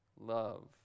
love